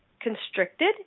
constricted